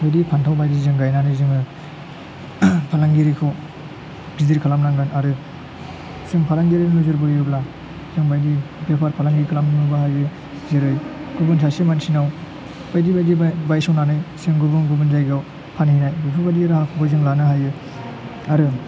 बिदि फान्थाव बायदि जों गायनानै जोङो फालांगिरिखौ गिदिर खालामनांगोन आरो जों फालांगियारि नोजोर बोयोब्ला जोंबायदि बेफार फालांगि खालामनोबो हायो जेरै गुबुन सासे मानसिनाव बायदि बायदि बायस'नानै जों गुबुन गुबुन जायगायाव फाहैनाय बेफोरबादि राहाखौबो जों लानो हायो आरो